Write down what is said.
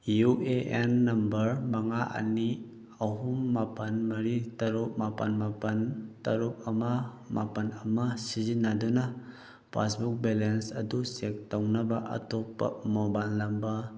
U A N number ꯃꯉꯥ ꯑꯅꯤ ꯑꯍꯨꯝ ꯃꯥꯄꯜ ꯃꯔꯤ ꯇꯔꯨꯛ ꯃꯥꯄꯜ ꯃꯥꯄꯜ ꯇꯔꯨꯛ ꯑꯃ ꯃꯥꯄꯜ ꯑꯃ ꯁꯤꯖꯤꯟꯅꯗꯨꯅ ꯄꯥꯁꯕꯨꯛ ꯕꯦꯂꯦꯟꯁ ꯑꯗꯨ ꯆꯦꯛ ꯇꯧꯅꯕ ꯑꯇꯣꯞꯄ ꯃꯣꯕꯥꯏꯜ ꯅꯝꯕꯔ